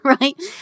right